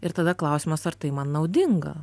ir tada klausimas ar tai man naudinga